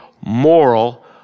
moral